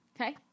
Okay